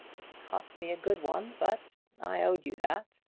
it's cost me a good one but i owed you that.